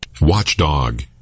Watchdog